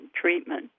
treatment